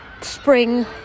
spring